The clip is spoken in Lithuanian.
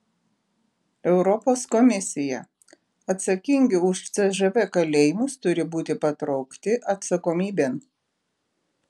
europos komisija atsakingi už cžv kalėjimus turi būti patraukti atsakomybėn